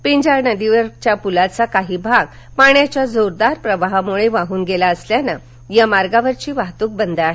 पिंजाळ नदीवरील पुलाचा काही भाग हा पाण्याच्या जोरदार प्रवाहामुळे वाहून गेला असल्यानं या मार्गावरील वाहतूक बंद आहे